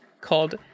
called